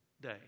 day